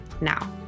now